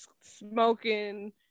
smoking